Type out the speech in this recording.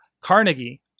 Carnegie